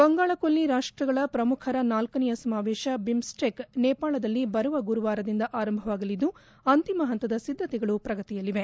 ಬಂಗಾಳಕೊಲ್ಲಿ ರಾಷ್ಟಗಳ ಪ್ರಮುಖರ ನಾಲ್ಲನೆಯ ಸಮಾವೇಶ ಬಿಮ್ಸ್ಟೆಕ್ ನೇಪಾಳದಲ್ಲಿ ಬರುವ ಗುರುವಾರದಿಂದ ಆರಂಭವಾಗಲಿದ್ದು ಅಂತಿಮ ಹಂತದ ಸಿದ್ದತೆಗಳು ಪ್ರಗತಿಯಲ್ಲಿವೆ